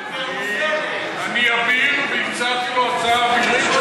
אני אביר והצעתי לו הצעה שזה